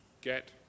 get